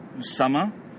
summer